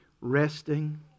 resting